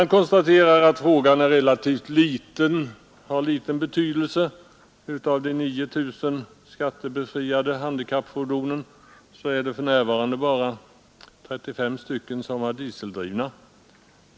Det konstateras att frågan har relativt liten betydelse — av de 9 000 skattebefriade handikappfordonen är det för närvarande bara 35 som är dieseldrivna.